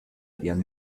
habían